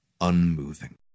unmoving